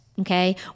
Okay